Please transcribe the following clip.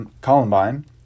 Columbine